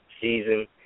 season